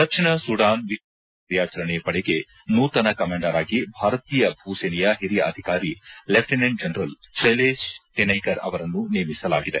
ದಕ್ಷಿಣ Sudan ವಿಶ್ವಸಂಸ್ಥೆ ಸೇನಾ ಕಾರ್ಯಾಚರಣೆ ಪಡೆಗೆ ನೂತನ ಕಮಾಂಡರ್ ಆಗಿ ಭಾರತೀಯ ಭೂಸೇನೆಯ ಓರಿಯ ಅಧಿಕಾರಿ ಲೆಫ್ಟಿನೆಂಟ್ ಜನರಲ್ ಶೈಲೇಶ್ ಟಿನೈಕರ್ ಅವರನ್ನು ನೇಮಿಸಲಾಗಿದೆ